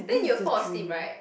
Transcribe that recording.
then you will fall asleep right